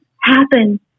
happen